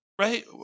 Right